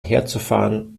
herzufahren